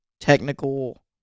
technical